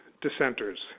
dissenters